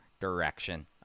direction